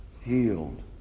healed